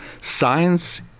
Science